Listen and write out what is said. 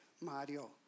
Mario